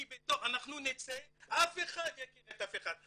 כי כשאנחנו נצא אף אחד לא יכיר את אף אחד.